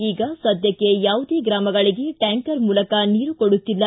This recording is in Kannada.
ಈಗ ಸದ್ಯಕ್ಷೆ ಯಾವುದೇ ಗ್ರಾಮಗಳಿಗೆ ಟ್ಯಾಂಕರ್ ಮೂಲಕ ನೀರು ಕೊಡುತ್ತಿಲ್ಲ